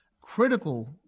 critical